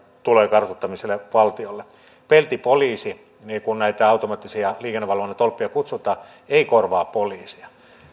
tulojen kartuttamista valtiolle peltipoliisi niin kuin näitä automaattisen liikennevalvonnan tolppia kutsutaan ei korvaa poliisia